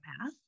path